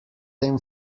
tem